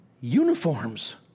uniforms